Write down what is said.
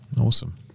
Awesome